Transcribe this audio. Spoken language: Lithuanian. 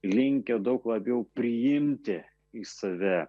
linkę daug labiau priimti į save